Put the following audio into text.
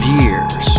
years